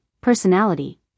personality